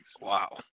Wow